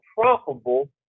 profitable